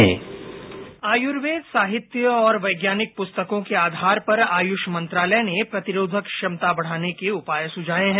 bite Ayurveda साहित्य और वैज्ञानिक पुस्तकों के आधार पर आयुष मंत्रालय ने प्रतिरोधक क्षमता बढ़ाने के उपाए सुझाएं हैं